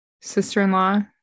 sister-in-law